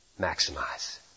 maximize